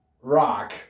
rock